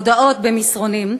הודעות במסרונים,